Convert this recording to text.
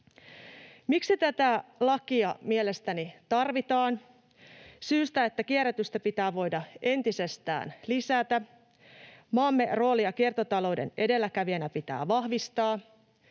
Miksi tätä lakia mielestäni tarvitaan? Syystä, että kierrätystä pitää voida entisestään lisätä, maamme roolia kiertotalouden edelläkävijänä pitää vahvistaa